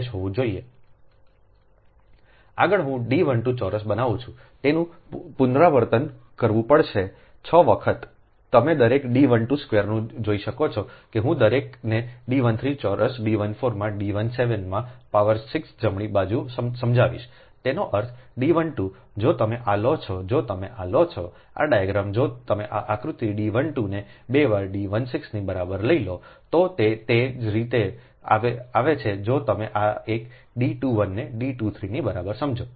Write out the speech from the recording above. સ્લાઇડનો સંદર્ભ લો 1344 આગળ હું D 12 ચોરસ બનાવું છું તેને પુનરાવર્તિત કરવું પડશે 6 વખત તમે દરેક D 12 સ્ક્વેરને જોઈ શકો છો હું દરેકને D 13 ચોરસ D 14 માં D 17 માં પાવર 6 જમણી બાજુ સમજાવીશતેનો અર્થ D 12 જો તમે આ લો છો જો તમે આ લો છોઆ ડાયાગ્રામ જો તમે આ આકૃતિ D 12 ને બે વાર D 16 ની બરાબર લઈ લો તો તે તે જ રીતે આવે છે જો તમે આ એક D 21 ને D 23 ની બરાબર સમજો